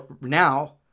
now